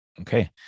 Okay